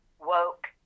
woke